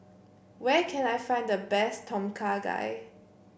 where can I find the best Tom Kha Gai